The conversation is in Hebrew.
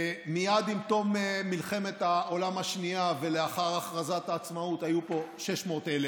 מייד עם תום מלחמת העולם השנייה ולאחר הכרזת העצמאות היו פה 600,000,